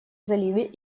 заливе